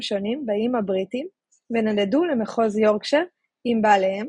שונים באיים הבריטיים ונדדו למחוז יורקשייר עם בעליהם,